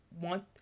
want